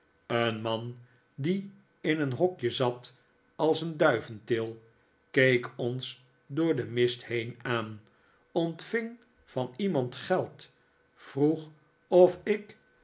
een man die in een hokje zat als een duiventil keek ons door den mist heen aan ontving van iemand geld vroeg of ik